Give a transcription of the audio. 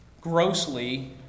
grossly